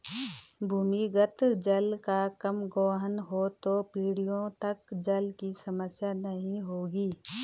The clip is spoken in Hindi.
भूमिगत जल का कम गोहन हो तो पीढ़ियों तक जल की समस्या नहीं होगी